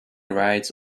rides